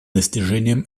достижением